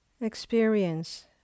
experience